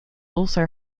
also